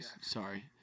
Sorry